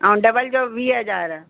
ऐं डबल जो वीह हज़ार